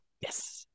yes